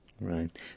Right